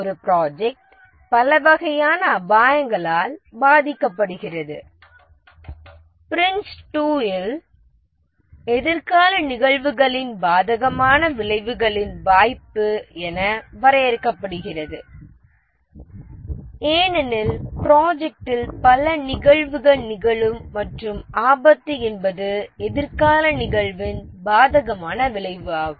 ஒரு ப்ராஜெக்ட் பல வகையான அபாயங்களால் பாதிக்கப்படுகிறது பிரின்ஸ் 2 இல் எதிர்கால நிகழ்வுகளின் பாதகமான விளைவுகளின் வாய்ப்பு என வரையறுக்கப்படுகிறது ஏனெனில் ப்ராஜெக்ட்டில் பல நிகழ்வுகள் நிகழும் மற்றும் ஆபத்து என்பது எதிர்கால நிகழ்வின் பாதகமான விளைவு ஆகும்